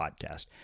podcast